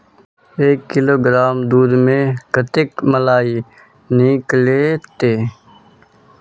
एक किलोग्राम दूध में कते मलाई निकलते?